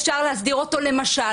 אפשר להסדיר אותו למשל,